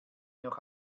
noch